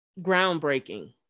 groundbreaking